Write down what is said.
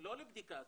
לא לבדיקה עצמה.